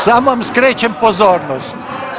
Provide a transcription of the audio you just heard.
Samo vam skrećem pozornost!